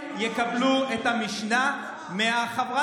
אוי אוי אוי, איזה נורא, ללמוד תורה.